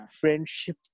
friendship